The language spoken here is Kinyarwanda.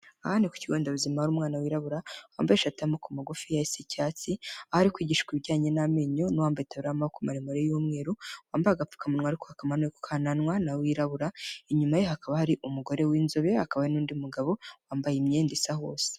Aha ni ku kigo nderabuzima ahari umwana wirabura wambaye ishati y'amoboko magufiya isa icyatsi, aho ari kwigishwa ibijyanye n'amenyo n'uwambeye itaburiya y'amaboko maremare y'umweru wambaye agapfukamunwa ariko wakamanuye ku kananwa nawe wirabura, inyuma ye hakaba hari umugore w'inzobe hakaba hari n'undi mugabo wambaye imyenda isa hose.